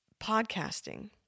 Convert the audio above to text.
Podcasting